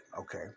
okay